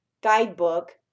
guidebook